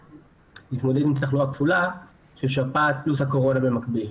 שנתמודד עם תחלואה כפולה של שפעת פלוס הקורונה במקביל.